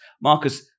Marcus